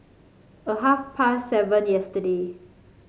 a half past seven yesterday